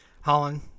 Holland